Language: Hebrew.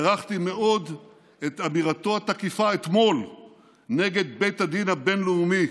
הערכתי מאוד את אמירתו התקיפה אתמול נגד בית הדין הבין-לאומי,